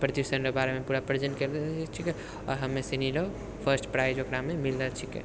प्रदूषण बारेमे पूरा प्रेजेन्ट करिले छिकै आओर हमे सनी लोक फर्स्ट प्राइज ओकरामे मिलल छिकै